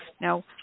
Now